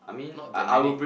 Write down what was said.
not that many